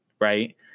right